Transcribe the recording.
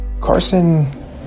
Carson